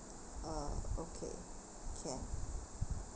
uh okay can